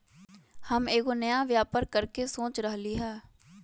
हम एगो नया व्यापर करके सोच रहलि ह